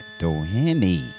Doheny